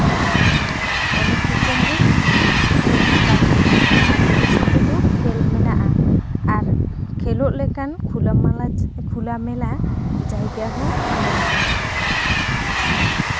ᱚᱱᱮᱠ ᱨᱚᱠᱚᱢ ᱜᱮ ᱟᱫᱚ ᱠᱷᱮᱞ ᱢᱮᱱᱟᱜᱼᱟ ᱟᱨ ᱠᱷᱮᱞᱳᱜ ᱞᱮᱠᱟᱱ ᱠᱷᱩᱞᱟ ᱢᱟᱞᱟ ᱡᱟᱭᱜᱟ ᱦᱚᱸ ᱢᱮᱱᱟᱜᱼᱟ